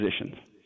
positions